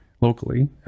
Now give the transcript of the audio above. locally